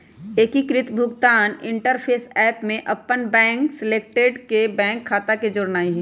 एकीकृत भुगतान interface app में अप्पन बैंक सेलेक्ट क के बैंक खता के जोड़नाइ होइ छइ